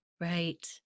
Right